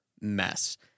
mess